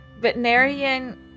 veterinarian